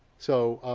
so